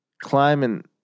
climbing